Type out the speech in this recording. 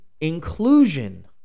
inclusion